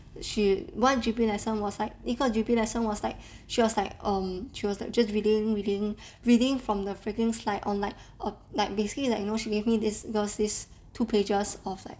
she one G_P lesson was like 一个 G_P lesson was like she was like um she was like just reading reading reading from the freaking slide on like um like basically she like you know she gave me this two pages of like